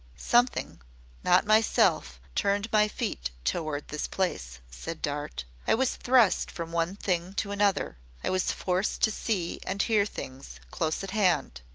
something not myself turned my feet toward this place, said dart. i was thrust from one thing to another. i was forced to see and hear things close at hand.